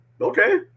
okay